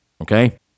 okay